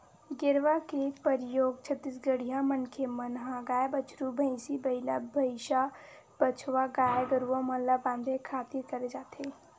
गेरवा के परियोग छत्तीसगढ़िया मनखे मन ह गाय, बछरू, भंइसी, बइला, भइसा, बछवा गाय गरुवा मन ल बांधे खातिर करे जाथे